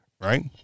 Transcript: right